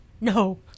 No